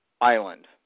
island